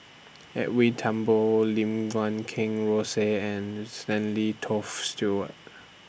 Edwin Thumboo Lim Guat Kheng Rosie and Stanley Toft Stewart